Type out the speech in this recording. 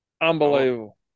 Unbelievable